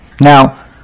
Now